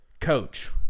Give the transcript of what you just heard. coach